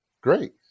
Great